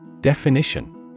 Definition